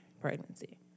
pregnancy